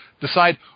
decide